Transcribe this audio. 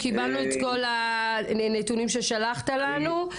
קבלת את הנתונים ששלחת לנו.